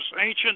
ancient